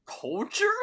culture